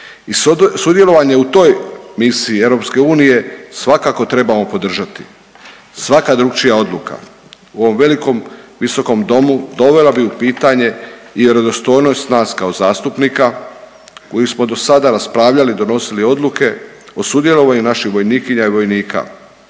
i sudjelovanje u toj misiji EU svakako trebamo podržati. Svaka drukčija odluka u ovom velikom visokom domu dovela bi u pitanje i vjerodostojnost nas kao zastupnika koji smo dosada raspravljali i donosili odluke o sudjelovanju naših vojnikinja i vojnika